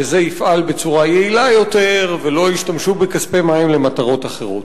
וזה יפעל בצורה יעילה יותר ולא ישתמשו בכספי מים למטרות אחרות.